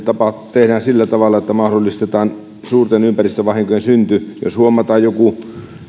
tehdään sillä tavalla että estetään suurten ympäristövahinkojen synty jos huomataan esimerkiksi joku